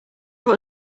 what